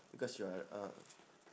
because you are ah